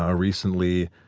ah recently